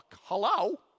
Hello